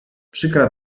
przykra